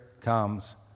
comes